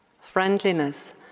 friendliness